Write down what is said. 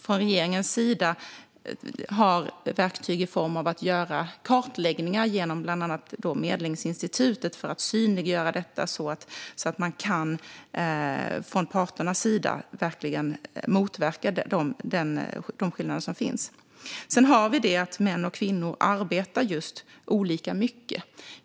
Från regeringens sida har vi dock verktyg i form av att göra kartläggningar, genom bland annat Medlingsinstitutet, för att synliggöra detta så att parterna verkligen kan motverka de skillnader som finns. Vidare har vi detta att män och kvinnor arbetar olika mycket.